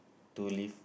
to live